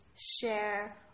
share